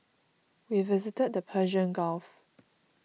we visited the Persian Gulf